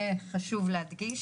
זה חשוב,